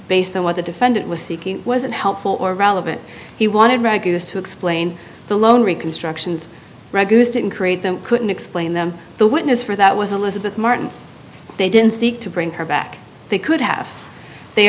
based on what the defendant was seeking wasn't helpful or relevant he wanted regulus to explain the loan reconstructions didn't create them couldn't explain them the witness for that was elizabeth martin they didn't seek to bring her back they could have they